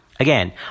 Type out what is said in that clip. Again